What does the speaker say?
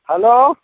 hello